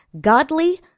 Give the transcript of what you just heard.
godly